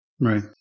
Right